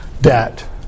debt